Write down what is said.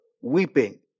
weeping